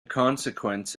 consequence